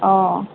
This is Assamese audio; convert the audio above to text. অঁ